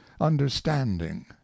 understanding